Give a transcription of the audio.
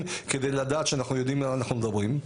כדי לדעת שאנחנו יודעים על מה אנחנו מדברים.